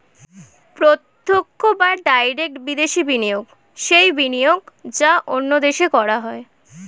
প্রত্যক্ষ বা ডাইরেক্ট বিদেশি বিনিয়োগ সেই বিনিয়োগ যা অন্য দেশে করা হয়